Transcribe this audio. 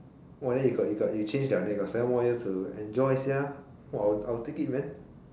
!wah! then you got you got you change [liao] then you got seven more years to enjoy sia !wah! I would I would take it man